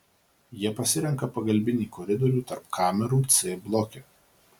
jie pasirenka pagalbinį koridorių tarp kamerų c bloke